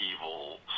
evil